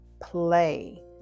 play